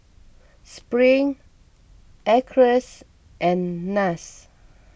Spring Acres and Nas